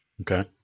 Okay